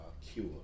cure